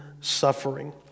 suffering